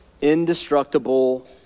indestructible